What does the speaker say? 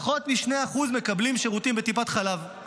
ופחות מ-2% מקבלים שירותים בטיפת חלב,